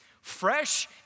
fresh